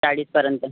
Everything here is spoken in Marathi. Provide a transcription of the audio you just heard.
चाळीसपर्यंत